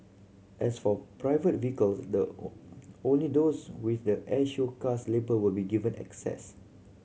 as for private vehicles the only those with the air show cars label will be given access